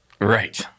Right